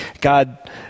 God